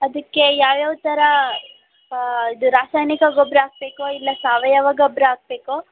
ಅದಕ್ಕೆ ಯಾವ್ಯಾವ ಥರ ಇದು ರಾಸಾಯನಿಕ ಗೊಬ್ಬರ ಹಾಕ್ಬೇಕೋ ಇಲ್ಲ ಸಾವಯವ ಗೊಬ್ಬರ ಹಾಕ್ಬೇಕೋ